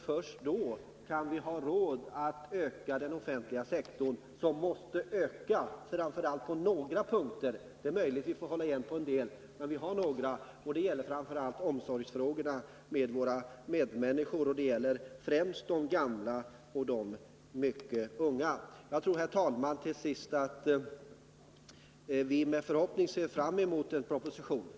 Först då kan vi ha råd att öka den offentliga sektorn, som måste öka, framför allt på några punkter. Det är möjligt att vi får hålla igen på en del områden, men vi har några områden som måste få öka. Det gäller framför allt omsorgen om våra medmänniskor, främst de gamla och de mycket unga. Jag tror till sist att vi med förhoppning kan se fram emot en proposition.